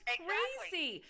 crazy